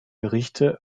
gerichte